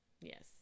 Yes